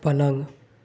पलंग